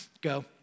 Go